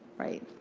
right.